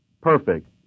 perfect